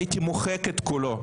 הייתי מוחק את כולו,